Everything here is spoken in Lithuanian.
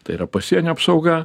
tai yra pasienio apsauga